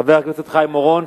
חבר הכנסת חיים אורון.